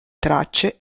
tracce